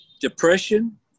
depression